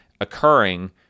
occurring